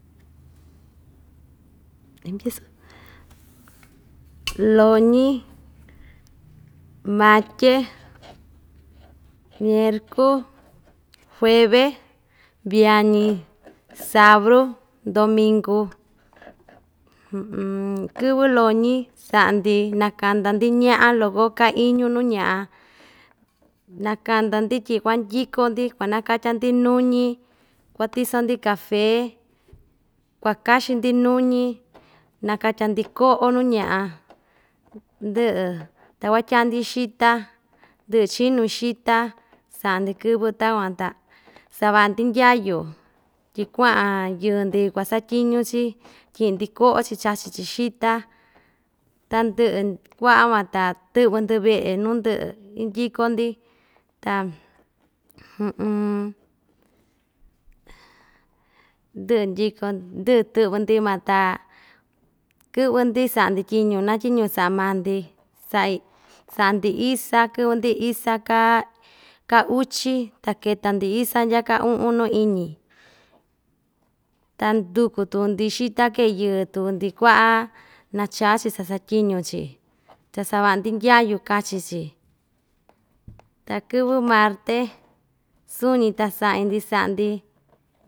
loñi, matye, mierku, jueve, viañi, sabru, ndominku, kɨvɨ loñi sa'a‑ndi nakanda‑ndi ña'a loko ka iñu nu ña'a nakanda‑ndi tyi kuandyiko‑ndi kuanakatya‑ndi nuñi kuatiso‑ndi cafe kuakaxin‑ndi nuñi nakatya‑ndi ko'o nu ña'a ndɨ'ɨ ta kuatyaa‑ndi xita ndɨ'ɨ chinu xita sa'a‑ndi kɨvɨ takuan ta sava'a‑ndi ndyayu tyi kua'an yɨɨ‑ndi kuasatyiñu‑chi tyi'i‑ndi ko'o‑chi chachi‑chi xita tandɨ'ɨ kua'a van ta tɨ'vɨ‑ndɨ ve'e nu ndɨ'ɨ indyiko‑ndi ta ndɨ'ɨ ndyioko ndɨ'ɨ tɨ'vɨ‑ndi van ta kɨ'vɨ‑ndi sa'a‑ndi tyiñu na tyiñu sa'a maa‑ndi sa'i sa'a‑ndi isa kɨ'vɨ‑ndi isa ka ka uchi ta keta‑ndi isa ndya ka u'un nu iñi ta nduku tuku‑ndi xita kee yɨɨ tuku‑ndi kua'a nachá‑chi sasatyiñu‑chi chasava'a‑ndi ndyayu kachi‑chi ta kɨvɨ marte suñi ta sa'a‑ñi‑ndi sa'a‑ndi.